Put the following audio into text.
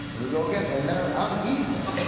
and we go again and now i'm eating it. and